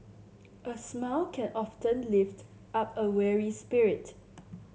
a smile can often lift up a weary spirit